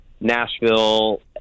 Nashville